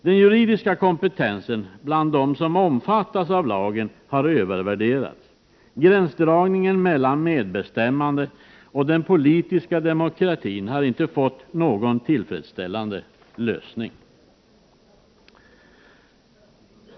Den juridiska kompetensen bland dem som omfattas av lagen har övervärderats. Gränsdragningen mellan medbestämmandet och den politiska demokratin har inte fått någon tillfredsställande lösning.